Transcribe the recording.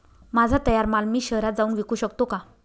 माझा तयार माल मी शहरात जाऊन विकू शकतो का?